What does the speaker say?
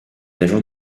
agences